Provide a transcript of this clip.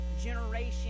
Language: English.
generation